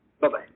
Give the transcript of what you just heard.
Bye-bye